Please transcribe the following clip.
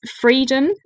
freedom